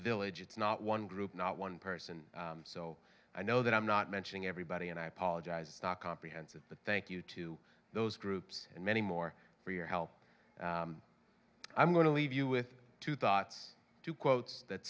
village it's not one group not one person so i know that i'm not mentioning everybody and i apologize not comprehensive but thank you to those groups and many more for your help i'm going to leave you with two thoughts two quotes that